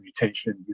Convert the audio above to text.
mutation